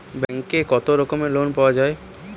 ব্যাঙ্কে কত রকমের লোন পাওয়া য়ায়?